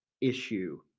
issue